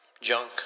junk